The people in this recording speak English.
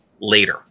later